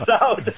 out